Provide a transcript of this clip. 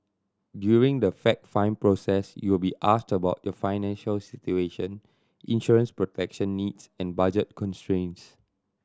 during the fact find process you will be asked about your financial situation insurance protection needs and budget constraints